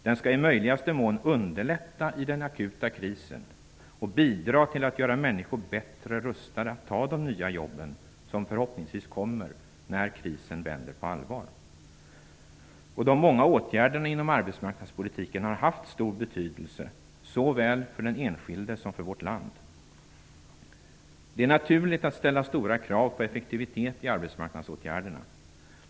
Den ska i möjligaste mån underlätta i den akuta krisen och bidra till att göra människor bättre rustade att ta de nya jobben, som förhoppningsvis kommer när krisen vänder. De många åtgärderna inom arbetsmarknadspolitiken har haft stor betydelse såväl för den enskilde som för vårt land. Det är naturligt att ställa stora krav på effektivitet i arbetsmarknadsåtgärderna.